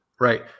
right